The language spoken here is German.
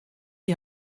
die